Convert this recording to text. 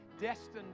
destined